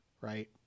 right